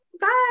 Bye